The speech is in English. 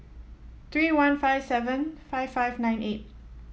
three one five seven five five nine eight